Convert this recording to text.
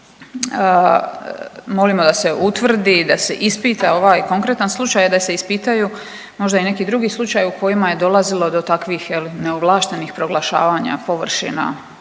molimo da se utvrdi, da se ispita ovaj konkretan slučaj, da se ispitaju možda i neki drugi slučajevi u kojima je dolazilo do takvih jel' neovlaštenih proglašavanja površina